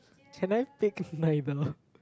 can I fake my